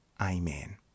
Amen